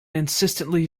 insistently